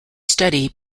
study